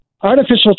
Artificial